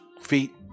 feet